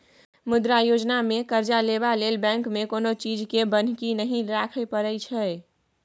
मुद्रा योजनामे करजा लेबा लेल बैंक लग कोनो चीजकेँ बन्हकी नहि राखय परय छै